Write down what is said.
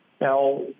Now